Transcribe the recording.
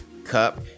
Cup